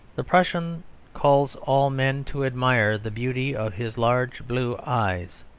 the prussian calls all men to admire the beauty of his large blue eyes.